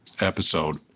episode